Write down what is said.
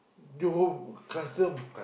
Johor custom